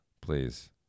please